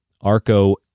Arco